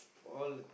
all